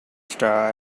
star